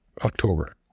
October